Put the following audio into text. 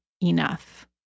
enough